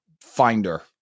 finder